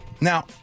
Now